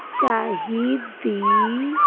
ਚਾਹੀਦੀ